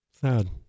Sad